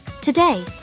Today